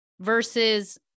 versus